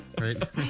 Right